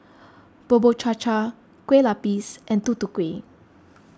Bubur Cha Cha Kue Lupis and Tutu Kueh